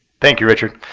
thank you, richard.